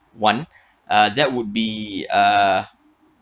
one uh that would be uh